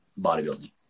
bodybuilding